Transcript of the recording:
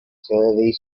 turvy